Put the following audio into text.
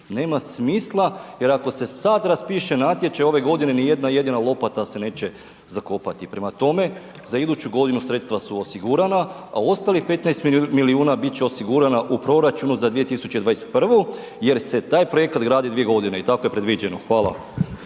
nema smisla jer ako se sada raspise natječaj ove godine ni jedna jedina lopata se neće zakopati. Prema tome, za iduću godinu sredstva su osigurana, a ostalih 15 milijuna bit će osigurana u proračunu za 2021. jer se taj projekat radi dvije godine i tako je predviđeno. Hvala.